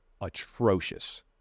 atrocious